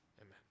Amen